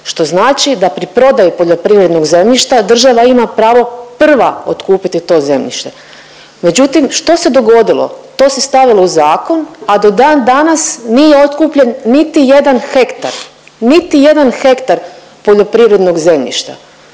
što znači da pri prodaji poljoprivrednog zemljišta, država ima pravo prva otkupiti to zemljište. Međutim, što se dogodilo? To se stavilo u zakon, a do dan danas nije otkupljen niti jedan hektar. Niti jedan hektar poljoprivrednog zemljišta.